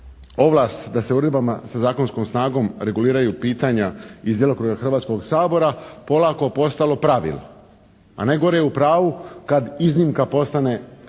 ovlast da se uredbama sa zakonskom snagom reguliraju pitanja iz djelokruga Hrvatskog sabora polako postalo pravilo. A najgore je u pravu kad iznimka postane pravilo